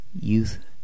youth